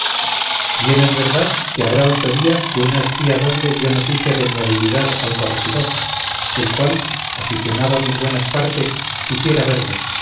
bien es verdad que habrá ocho días que una espía doble dio noticia de mi habilidad al corregidor el cual aficionado a mis buenas partes quisiera verme